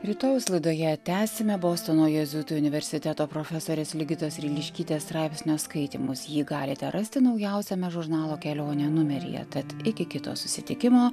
rytojaus laidoje tęsime bostono jėzuitų universiteto profesorės ligitos ryliškytės straipsnio skaitymus jį galite rasti naujausiame žurnalo kelionė numeryje tad iki kito susitikimo